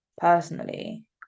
personally